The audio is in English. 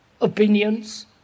opinions